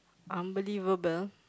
unbelievable